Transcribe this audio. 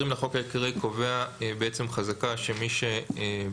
סעיף 20 לחוק העיקרי קובע בעצם חזקה, שמי שנמצא